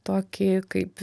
tokį kaip